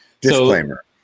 disclaimer